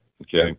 Okay